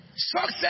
Success